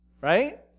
right